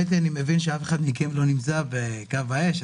אני מבין שאף אחד מכם לא נמצא בקו האש.